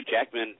Jackman